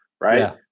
right